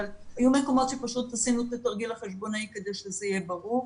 אבל היו מקומות שפשוט עשינו את התרגיל החשבונאי כדי שזה יהיה ברור.